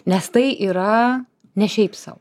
nes tai yra ne šiaip sau